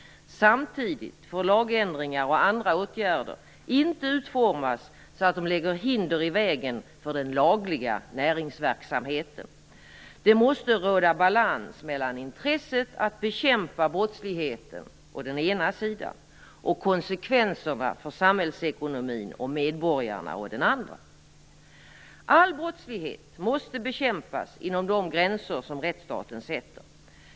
Samtidigt får lagändringar och andra åtgärder inte utformas så att de lägger hinder i vägen för den lagliga näringsverksamheten. Det måste råda balans mellan intresset att bekämpa brottsligheten å den ena sidan och konsekvenserna för samhällsekonomin och medborgarna å den andra. All brottslighet måste bekämpas inom de gränser som rättsstaten sätter.